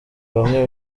bamwe